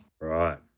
Right